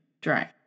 dry